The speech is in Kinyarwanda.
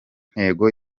ntego